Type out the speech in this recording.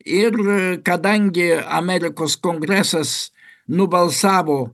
ir kadangi amerikos kongresas nubalsavo